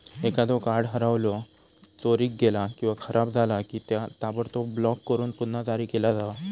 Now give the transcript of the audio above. एखादो कार्ड हरवला, चोरीक गेला किंवा खराब झाला की, त्या ताबडतोब ब्लॉक करून पुन्हा जारी केला जावा